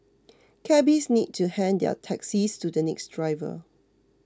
Cabbies need to hand their taxis to the next driver